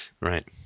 Right